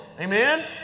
Amen